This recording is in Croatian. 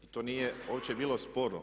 To nije uopće bilo sporno.